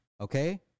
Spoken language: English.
Okay